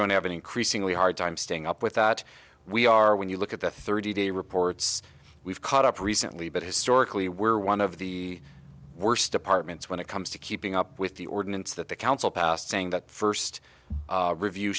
going to have an increasingly hard time staying up with that we are when you look at the thirty day reports we've caught up recently but historically were one of the worst departments when it comes to keeping up with the ordinance that the council passed saying that first review